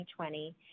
2020